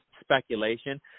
speculation